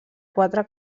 quatre